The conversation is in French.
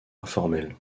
informelle